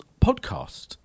podcast